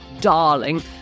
Darling